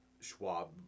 Schwab